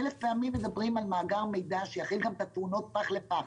אלף פעמים מדברים על מאגר מידע שיכיל גם את התאונות פח לפח.